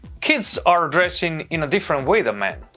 kids are dressing in a different way than men.